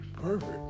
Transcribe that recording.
Perfect